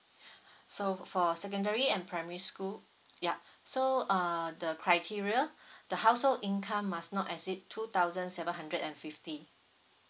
so for secondary and primary school yup so uh the criteria the household income must not exceed two thousand seven hundred and fifty